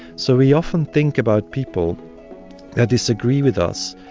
so we often think about people that disagree with us,